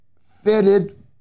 fitted